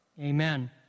Amen